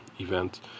event